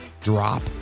drop